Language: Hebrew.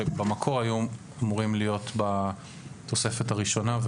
שבמקור היו אמורים להיות בתוספת הראשונה.